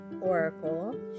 Oracle